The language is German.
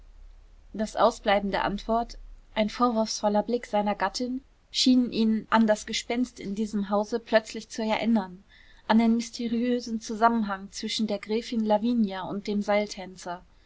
das ausbleiben der antwort ein vorwurfsvoller blick seiner gattin schienen ihn an das gespenst in diesem hause plötzlich zu erinnern an den mysteriösen zusammenhang zwischen der gräfin lavinia und dem seiltänzer